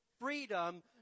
Freedom